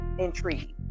intrigued